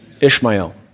Ishmael